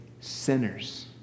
sinners